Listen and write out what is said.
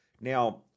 Now